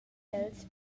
els